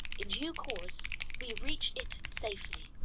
in due course we reached it safely.